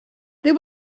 there